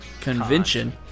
Convention